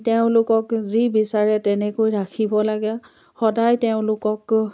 তেওঁলোকক যি বিচাৰে তেনেকৈ ৰাখিব লাগে সদায় তেওঁলোকক